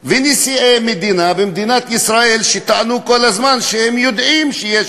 ונשיאי מדינת ישראל טענו כל הזמן שהם יודעים שיש